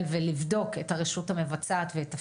ולבדוק את הרשות המבצעת ואת תפקידה.